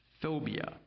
phobia